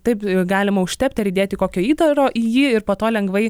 taip galima užtepti ar įdėti kokio įdaro į jį ir po to lengvai